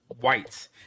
whites